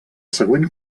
següent